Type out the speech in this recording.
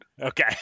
Okay